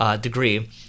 degree